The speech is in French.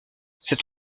cet